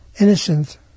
innocent